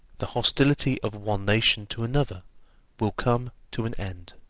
the hostility of one nation to another will come to an end.